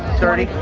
thirty.